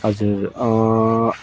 हजुर